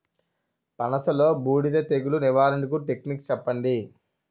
పనస లో బూడిద తెగులు నివారణకు టెక్నిక్స్ చెప్పండి?